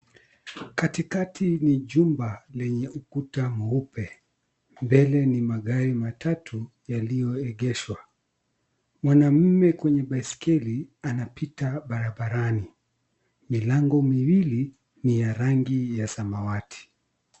Katikati ni jumba lenye ukuta mweupe, mbele ni magari matatu yaliyoegeshwa. Mwanamume kwenye baiskeli anapita barabarani. Milango miwili ni ya rangi ya samawati.